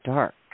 Dark